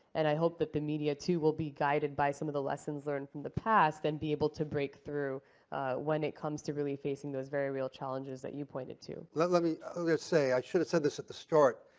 and i hope that the media too will be guided by some of the lessons learned from the past, then be able to break through when it comes to really facing those very real challenges that you pointed to. let let me just say i, should have said this at the start,